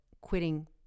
quitting